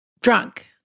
Drunk